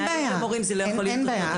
אין בעיה.